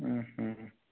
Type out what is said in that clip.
ହଁ ହଁ